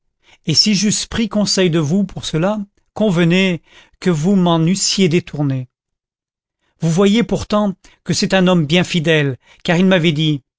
et si j'eusse pris conseil de vous pour cela convenez que vous m'en eussiez détourné vous voyez pourtant que c'est un homme bien fidèle car il m'avait dit